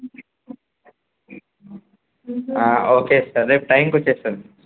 okay sir రేపు టైముకు వచ్చేస్తాను